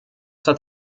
hat